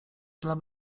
dla